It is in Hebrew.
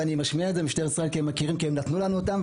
ואני משמיע את זה למשטרת ישראל כי הם מכירים כי הם נתנו לנו אותם.